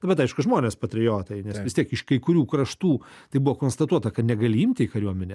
na bet aišku žmonės patriotai nes vis tiek iš kai kurių kraštų tai buvo konstatuota kad negali imti į kariuomenę